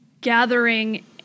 gathering